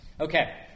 okay